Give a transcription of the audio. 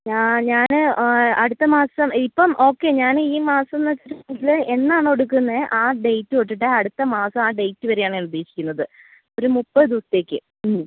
ഞാ ഞാൻ അടുത്ത മാസം ഇപ്പം ഓക്കെ ഞാൻ ഈ മാസം എന്നാണോ എടുക്കുന്നത് ആ ഡേറ്റ് തൊട്ടിട്ട് അടുത്ത മാസം ആ ഡേറ്റ് വരെയാണ് ഞാൻ ഉദ്ദേശിക്കുന്നത് ഒരു മുപ്പത് ദിവസത്തേക്ക്